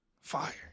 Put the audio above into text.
Fire